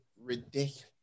ridiculous